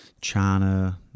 China